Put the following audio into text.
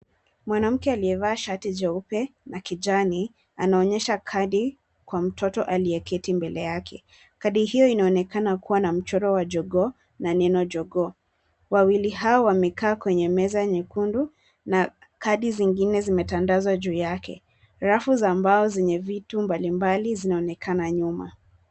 Mwanamke aliyevaa shati njeupe na kijani anaonyesha kadi kwa mtoto aliyeketi mbele yake. Kadi hiyo inaonekana kuwa na mchoro wa jogoo na neno jogoo. Wawili hao wamekaa kwenye meza nyekundu na kadi zingine zimetandazwa juu yake. Rafu za mbao zenye vitu mbalimbali zinaonekana nyuma.